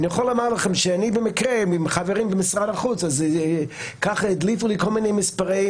אני יכול לומר לכם שבמקרה חברים במשרד החוץ הדליפו לי כל מיני מספרים